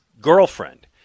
girlfriend